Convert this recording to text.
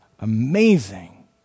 amazing